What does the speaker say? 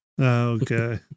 Okay